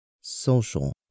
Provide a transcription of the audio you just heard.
social